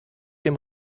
dem